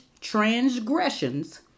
transgressions